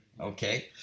Okay